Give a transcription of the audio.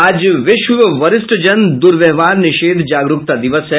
आज विश्व वरिष्ठ जन दुर्व्यवहार निषेध जागरूकता दिवस है